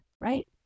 Right